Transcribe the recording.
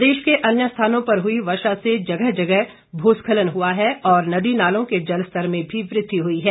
प्रदेश के अन्य स्थानों पर हुई वर्षा से जगह जगह भूस्खलन हुआ है और नदी नालों के जलस्तर में भी वृद्धि हुई है